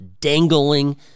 dangling